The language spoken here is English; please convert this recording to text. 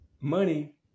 money